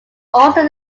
also